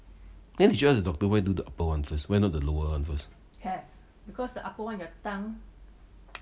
then did you ask the doctor why do the upper one first why not the lower on first